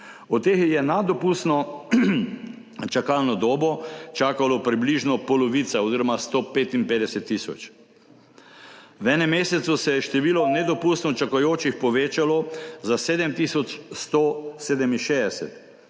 od teh je nad dopustno čakalno dobo čakala približno polovica oziroma 155 tisoč. V enem mesecu se je število nedopustno čakajočih povečalo za 7 tisoč